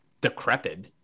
decrepit